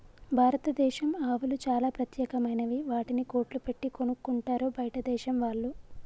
భారతదేశం ఆవులు చాలా ప్రత్యేకమైనవి వాటిని కోట్లు పెట్టి కొనుక్కుంటారు బయటదేశం వాళ్ళు